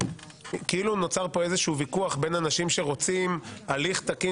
כאילו נוצר כאן איזשהו ויכוח בין אנשים שרוצים הליך תקין